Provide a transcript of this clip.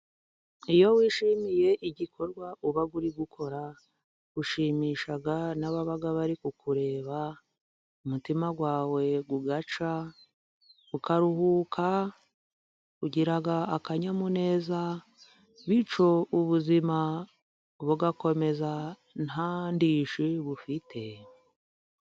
Iyo wishimiye ,igikorwa uba uri gukora ushimisha n'ababa bari kukureba ,umutima wawe ugacya, ukaruhuka ,ugira akanyamuneza ,bityo ubuzima bugakomeza nta ndishyi bufite.